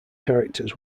characters